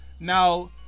Now